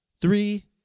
three